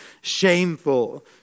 shameful